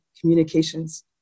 communications